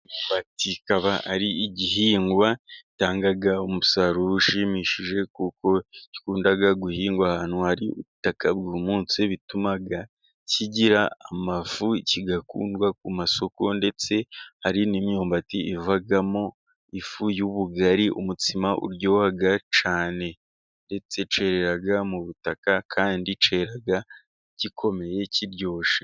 Imyumbati ikaba ari igihingwa gitanga umusaruro ushimishije, kuko gikunda guhingwa ahantu hari ubutaka bwumutse, bituma kigira amafu kigakundwa ku masoko, ndetse hari n'imyumbati ivamo ifu y'ubugari, umutsima uryoha cyane ndetse cyera mu butaka kandi kiba gikomeye kiryoshye.